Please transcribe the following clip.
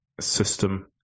system